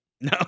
No